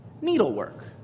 needlework